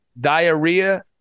diarrhea